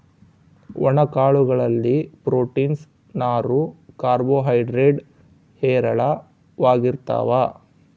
ಒಣ ಕಾಳು ಗಳಲ್ಲಿ ಪ್ರೋಟೀನ್ಸ್, ನಾರು, ಕಾರ್ಬೋ ಹೈಡ್ರೇಡ್ ಹೇರಳವಾಗಿರ್ತಾವ